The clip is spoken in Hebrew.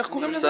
איך קוראים לזה?